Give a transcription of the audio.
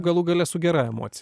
galų gale su gera emocija